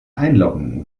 einloggen